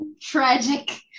Tragic